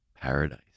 paradise